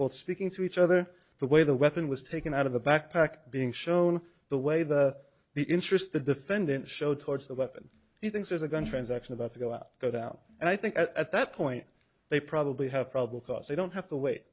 both speaking to each other the way the weapon was taken out of the backpack being shown the way the the interest the defendant showed towards the weapon he thinks there's a gun transaction about to go out get out and i think at that point they probably have probable cause they don't have to wait